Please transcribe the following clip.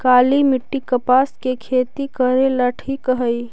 काली मिट्टी, कपास के खेती करेला ठिक हइ?